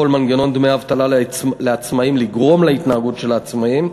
שיכול מנגנון דמי אבטלה לעצמאים לגרום בהתנהגות של העצמאים,